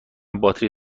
باتری